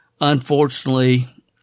Unfortunately